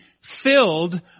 filled